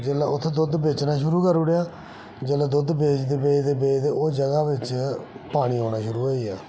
जेल्लै उत्थै दुद्ध बेचना शुरु करी ओड़ेआ दुद्ध बेचदे बेचदे उस जगह च पानी औना शुरु होई गेआ